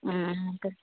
ம் ஓகே